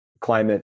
climate